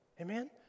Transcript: Amen